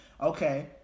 okay